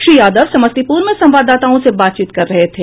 श्री यादव समस्तीपुर में संवाददाताओं से बातचीत कर रहे थे